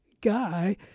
guy